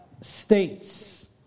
states